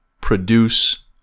produce